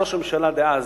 ראש הממשלה דאז,